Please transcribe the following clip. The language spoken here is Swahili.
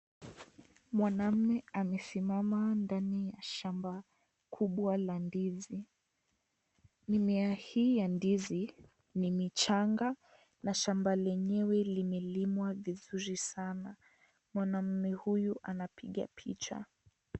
Mwanamume amesimama ndani ya shamba kubwa la ndizi. Mimea hii ya ndizi, ni michanga na shamba lenyewe limelimwa vizuri sana. Mwanamume huyu anapiga picha.